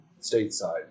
stateside